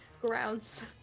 grounds